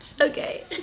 Okay